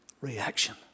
reaction